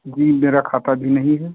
जी मेरा खाता भी नहीं है